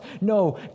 No